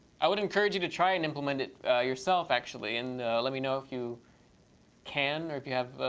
i would encourage you to try and implement it yourself actually and let me know if you can or if you have